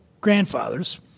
grandfathers